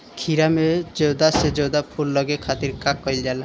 खीरा मे ज्यादा से ज्यादा फूल लगे खातीर का कईल जाला?